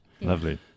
Lovely